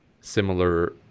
similar